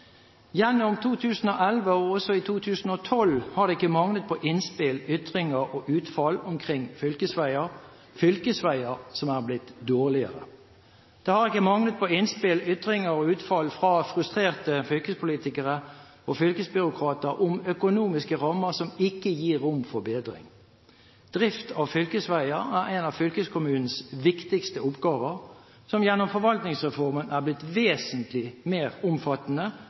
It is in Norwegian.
Gjennom 2011 og også i 2012 har det ikke manglet på innspill, ytringer og utfall omkring fylkesveier – fylkesveier som er blitt dårligere. Det har ikke manglet på innspill, ytringer og utfall fra frustrerte fylkespolitikere og fylkesbyråkrater om økonomiske rammer som ikke gir rom for bedring. Drift av fylkesveier er en av fylkeskommunens viktigste oppgaver, som gjennom forvaltningsreformen er blitt vesentlig mer omfattende